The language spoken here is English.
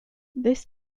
this